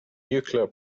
nuclear